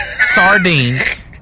sardines